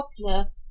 popular